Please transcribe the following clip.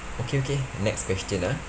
okay okay next question ah